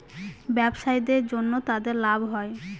ব্যবসায়ীদের জন্য তাদের লাভ হয়